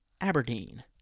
Aberdeen